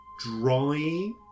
dry